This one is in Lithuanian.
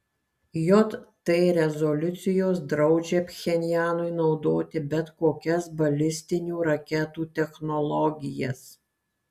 jt rezoliucijos draudžia pchenjanui naudoti bet kokias balistinių raketų technologijas